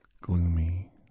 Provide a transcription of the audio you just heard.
gloomy